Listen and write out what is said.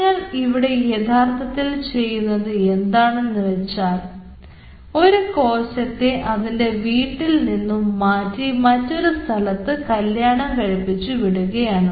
നിങ്ങൾ ഇവിടെ യഥാർത്ഥത്തിൽ ചെയ്യുന്നത് എന്താണെന്ന് വെച്ചാൽ ഒരു കോശത്തെ അതിൻറെ വീട്ടിൽ നിന്നും മാറ്റി മറ്റൊരു സ്ഥലത്ത് കല്യാണം കഴിപ്പിച്ചു വിടുകയാണ്